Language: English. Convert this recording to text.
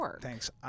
Thanks